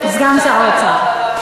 סגן שר האוצר.